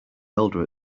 elder